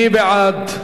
מי בעד?